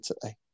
today